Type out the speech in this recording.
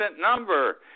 number